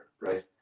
right